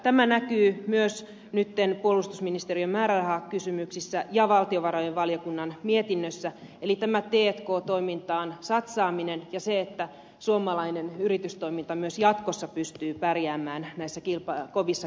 tämä näkyy myös nyt puolustusministeriön määrärahakysymyksissä ja valtiovarainvaliokunnan mietinnössä t k toimintaan satsaamisena ja siinä että suomalainen yritystoiminta myös jatkossa pystyy pärjäämään näissä kovissa kilpailuissa